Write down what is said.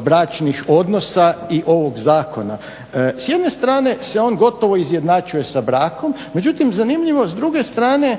bračnih odnosa i ovog zakona. S jedne strane se on gotovo izjednačio sa brakom, međutim zanimljivo s druge strane